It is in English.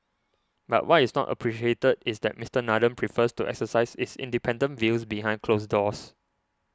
but what is not appreciated is that Mister Nathan prefers to exercise his independent views behind closed doors